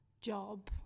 job